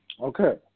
Okay